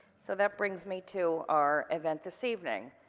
so that brings me to our event this evening.